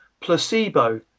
placebo